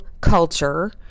culture